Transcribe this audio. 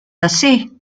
assez